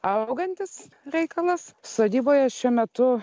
augantis reikalas sodyboje šiuo metu